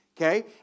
okay